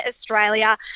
Australia